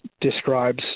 describes